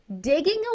digging